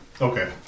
Okay